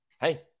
Hey